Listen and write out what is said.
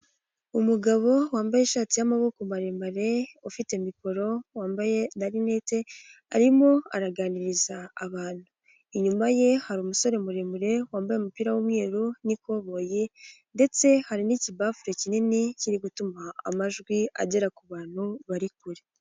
Umugabo wambaye ishati y'amaboko maremare, ufite mikoro wambaye na linete, arimo araganiriza abantu, inyuma ye hari umusore muremure wambaye umupira w'umweru n'ikoboyi, ndetse hari n'ikibafure kinini kiri gutuma amajwi agera ku bantu bari kure.